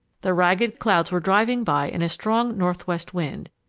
the ragged clouds were driving by in a strong northwest wind,